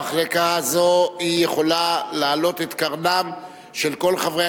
מחלקה זו יכולה להעלות את קרנם של כל חברי